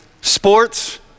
sports